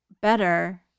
better